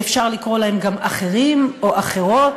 שאפשר לקרוא להן גם "אחרים" או "אחרות".